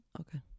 Okay